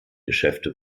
geschäfte